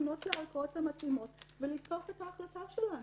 לפנות לערכאות המתאימות ולתקוף את ההחלטה שלנו,